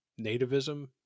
nativism